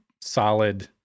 solid